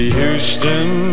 Houston